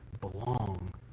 belong